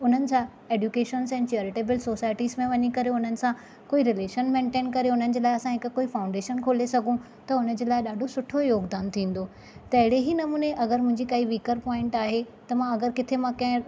हुननि सां ऐडुकेशन ऐ चेरिटेबल सोसाइटिस में वञी करे हुननि सां को रिलेशन मेंटेन करे हुननि जे लाइ असां हिकु को फ़ाउंडेशन खोले सघूं त हुननि जे लाइ ॾाढो सुठो योगदानु थींदो त अहिणे ही नमूने त अॻरि काई मुंहिंजी वीकर पॉईंट आहे त मां अॻरि मां किथे मां किंहिं